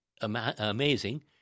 amazing